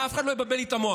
ואף אחד לא יבלבל לי את המוח,